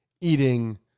eating